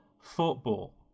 football